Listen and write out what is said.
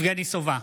יבגני סובה,